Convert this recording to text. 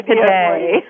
today